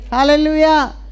Hallelujah